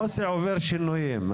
מוסי עובר שינויים,